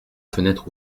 fenêtre